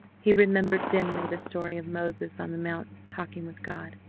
he remembered dimly the story of moses on the mount talking with god.